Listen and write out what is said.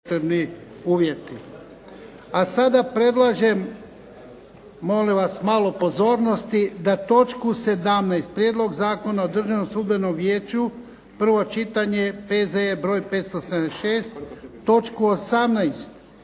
Ivan (HDZ)** A sada predlažem, molim vas malo pozornosti, da točku 17. Prijedlog zakona o Državnom sudbenom vijeću, prvo čitanje, P.Z. broj 576., točku 18.